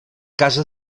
casa